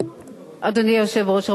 אדוני היושב-ראש,